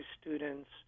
students